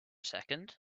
second